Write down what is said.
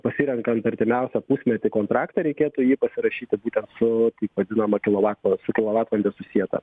pasirenkant artimiausią pusmetį kontraktą reikėtų jį pasirašyti būtent su vadinamą kilovat su kilovatvalande susietą